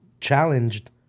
challenged